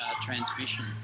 transmission